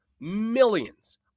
Millions